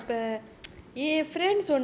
எத்தனை:ethanai